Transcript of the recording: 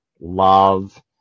love